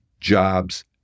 Jobs